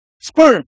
sperm